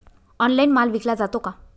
Online माल विकला जातो का?